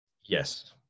yes